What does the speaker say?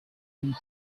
can